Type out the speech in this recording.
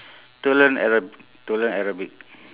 to learn arab~ to learn arabic